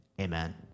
Amen